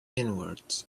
inwards